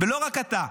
ולא רק אתה.